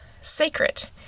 sacred